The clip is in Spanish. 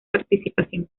participación